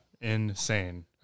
insane